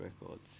records